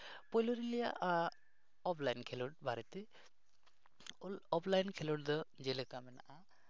ᱯᱳᱭᱞᱚᱨᱤᱧ ᱞᱟᱹᱭᱟ ᱚᱯᱷᱞᱟᱭᱤᱱ ᱠᱷᱮᱞᱳᱰ ᱵᱟᱨᱮᱛᱮ ᱚᱯᱷᱞᱟᱭᱤᱱ ᱠᱷᱮᱞᱳᱰ ᱫᱚ ᱡᱮᱞᱮᱠᱟ ᱢᱮᱱᱟᱜᱼᱟ